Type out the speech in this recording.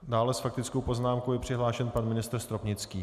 Dále s faktickou poznámkou je přihlášen pan ministr Stropnický.